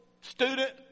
student